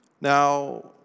Now